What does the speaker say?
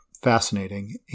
fascinating